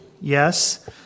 yes